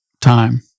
time